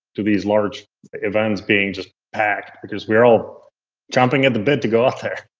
to these large events being just packed, because we're all jumping at the bid to go out there,